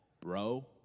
bro